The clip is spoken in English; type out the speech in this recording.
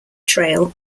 trail